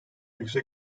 yüksek